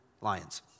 lions